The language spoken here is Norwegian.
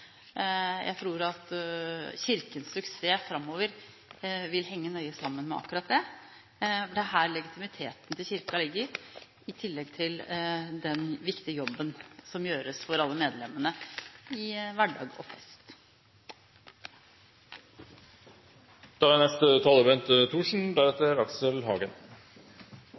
Jeg tror at Kirkens suksess framover vil henge nøye sammen med akkurat det, for det er her legitimiteten til Kirken ligger, i tillegg til den viktige jobben som gjøres for alle medlemmene i hverdag og til fest.